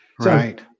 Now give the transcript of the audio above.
Right